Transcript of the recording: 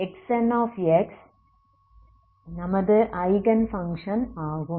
Xn நமது eigen function ஆகும்